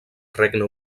regne